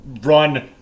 run